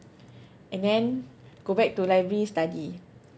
and then go back to library study